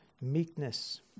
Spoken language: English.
meekness